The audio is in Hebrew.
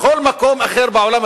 בכל מקום אחר בעולם,